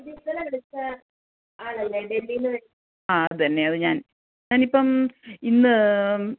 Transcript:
ആ അത് തന്നെ അത് ഞാന് ഞാൻ ഇപ്പം ഇന്ന്